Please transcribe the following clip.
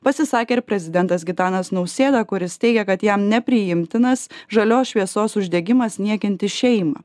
pasisakė ir prezidentas gitanas nausėda kuris teigia kad jam nepriimtinas žalios šviesos uždegimas niekinti šeimą